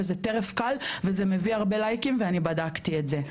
וזה טרף קל וזה מביא הרבה לייקים ואני בדקתי את זה,